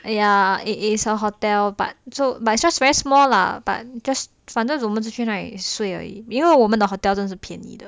ya it is a hotel but so but it's just very small lah but just 反正我们去那里睡而已因为我们的 hotel 真是便宜的